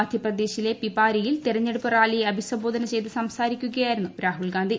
മധ്യപ്രദേശിലെ പിപ്പൂരിയയിൽ തെരഞ്ഞെടുപ്പ് റാലിയെ അഭിസംബോധന ചെയ്ത് സർസാരിക്കുകയായിരുന്നു രാഹുൽ ഗാന്ധി